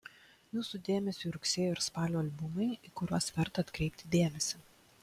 jūsų dėmesiui rugsėjo ir spalio albumai į kuriuos verta atkreipti dėmesį